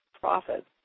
profits